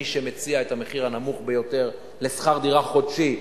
מי שמציע את המחיר הנמוך ביותר לשכר דירה חודשי,